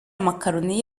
amakaroni